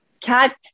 cat